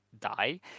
die